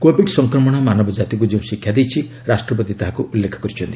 Covid ସଂକ୍ରମଣ ମାନବ କାତିକୁ ଯେଉଁ ଶିକ୍ଷା ଦେଇଛି ରାଷ୍ଟ୍ରପତି ତାହାକୁ ଉଲ୍ଲେଖ କରିଛନ୍ତି